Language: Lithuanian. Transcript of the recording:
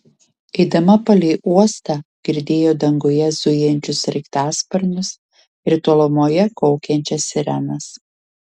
eidama palei uostą girdėjo danguje zujančius sraigtasparnius ir tolumoje kaukiančias sirenas